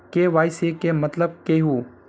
KYC के मतलब केहू?